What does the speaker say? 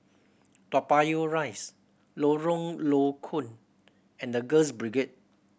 Toa Payoh Rise Lorong Low Koon and The Girls Brigade